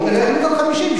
אלא יחליט על 50,